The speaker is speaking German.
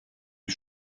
ich